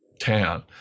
town